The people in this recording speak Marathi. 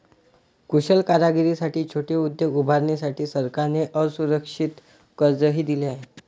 कुशल कारागिरांसाठी छोटे उद्योग उभारण्यासाठी सरकारने असुरक्षित कर्जही दिले आहे